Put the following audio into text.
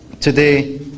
today